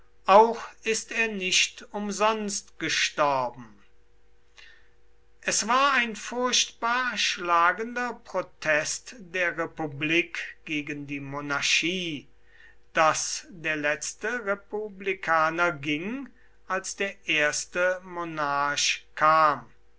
auch ist er nicht umsonst gestorben es war ein furchtbar schlagender protest der republik gegen die monarchie daß der letzte republikaner ging als der erste monarch kam